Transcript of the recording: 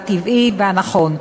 והטבעי והנכון.